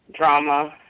drama